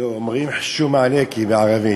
אומרים: חשומה עליכי, בערבית.